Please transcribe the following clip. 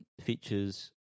Features